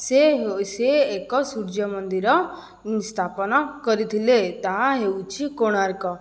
ସେ ହେଉ ସିଏ ଏକ ସୂର୍ଯ୍ୟ ମନ୍ଦିର ସ୍ଥାପନ କରିଥିଲେ ତାହା ହେଉଛି କୋଣାର୍କ